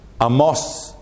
amos